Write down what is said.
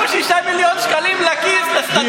לקחו 6 מיליון שקלים לכיס.